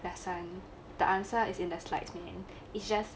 lesson the answer is in the slides meaning it's just